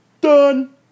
Done